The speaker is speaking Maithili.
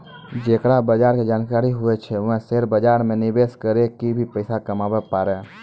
जेकरा बजार के जानकारी हुवै छै वें शेयर बाजार मे निवेश करी क भी पैसा कमाबै पारै